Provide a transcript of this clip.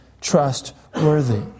trustworthy